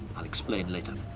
i'll explain later.